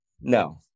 no